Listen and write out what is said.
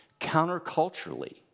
counterculturally